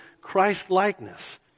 Christ-likeness